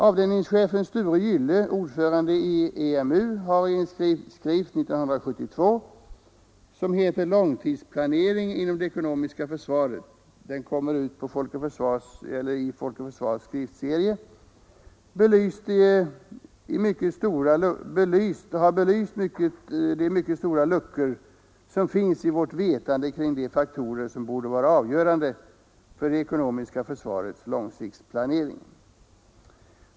Avdelningschefen Sture Gyllö, ordförande i EMU, har i en skrift 1972, Långsiktsplanering inom det ekonomiska försvaret — den kom ut i Folk och försvars skriftserie —, belyst de mycket stora luckor som finns i vårt vetande kring de faktorer som borde vara avgörande för det ekonomiska försvarets långsiktsplanering.